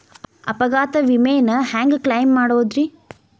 ಅಪಘಾತ ವಿಮೆನ ಹ್ಯಾಂಗ್ ಕ್ಲೈಂ ಮಾಡೋದ್ರಿ?